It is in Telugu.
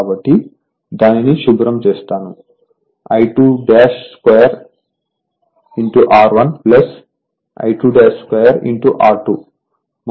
కాబట్టి దానిని శుభ్రం చేస్తాను I22 R1 I22 R2 మొత్తం రాగి లాస్ అని మేము వ్రాస్తున్నాము